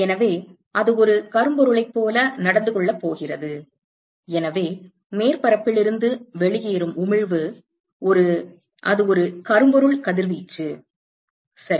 எனவே அது ஒரு கரும்பொருளைப் போல நடந்து கொள்ளப் போகிறது எனவே மேற்பரப்பில் இருந்து வெளியேறும் உமிழ்வு ஒரு அது ஒரு கரும்பொருள் கதிர்வீச்சு சரி